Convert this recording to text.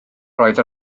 roedd